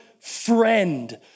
friend